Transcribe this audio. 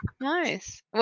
nice